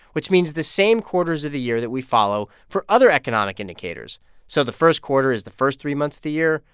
which means the same quarters of the year that we follow for other economic indicators so the first quarter is the first three months of the year.